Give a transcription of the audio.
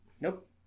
Nope